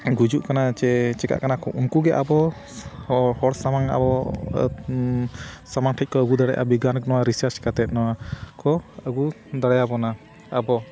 ᱜᱩᱡᱩᱜ ᱠᱟᱱᱟ ᱥᱮ ᱪᱤᱠᱟᱹᱜ ᱠᱟᱱᱟ ᱩᱱᱠᱩ ᱜᱮ ᱟᱵᱚ ᱦᱚᱲ ᱥᱟᱢᱟᱝ ᱟᱵᱚ ᱥᱟᱢᱟᱝ ᱴᱷᱮᱱ ᱠᱚ ᱟᱹᱜᱩ ᱫᱟᱲᱮᱭᱟᱜᱼᱟ ᱵᱤᱜᱽᱜᱟᱱᱤᱠ ᱱᱚᱣᱟ ᱨᱤᱥᱟᱨᱪ ᱠᱟᱛᱮᱫ ᱱᱚᱣᱟ ᱠᱚ ᱟᱹᱜᱩ ᱫᱟᱲᱮᱭᱟᱵᱚᱱᱟ ᱟᱵᱚ